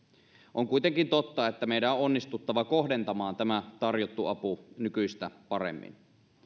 on kuitenkin totta että meidän on onnistuttava kohdentamaan tämä tarjottu apu nykyistä paremmin